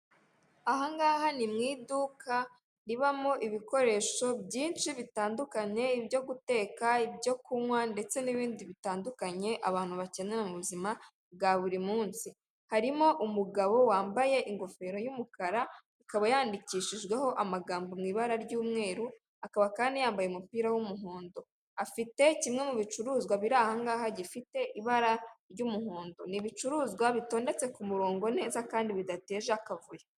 Ahangaha ni mu iduka ribamo ibikoresho byinshi bitandukanye: ibyo guteka, ibyo kunywa ndetse n'ibindi bitandukanye abantu bakenera mu buzima bwa buri munsi. Harimo umugabo wambaye ingofero y'umukara ikaba yandikishijweho amagambo mu ibara ry'umweru akaba kandi yambaye umupira w'umuhondo; afite kimwe mu bicuruzwa biri aha ngaha gifite ibara ry'umuhondo, ni ibicuruzwa bitondetse ku murongo neza kandi bidateje akavuyo.